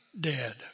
Dead